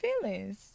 feelings